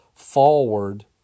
forward